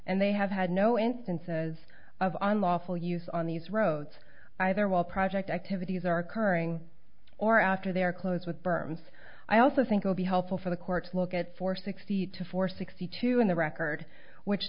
and they have had no instances of unlawful use on these roads either while project activities are occurring or after they're close with berms i also think will be helpful for the courts look at four sixty to four sixty two in the record which